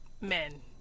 men